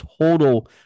total